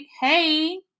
hey